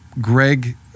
Greg